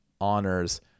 honors